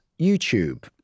YouTube